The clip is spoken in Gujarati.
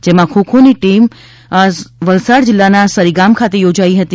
જેમાં ખો ખોની સ્પર્ધા વલસાડ જિલ્લાના સરીગામ ખાતે યોજાઈ હતી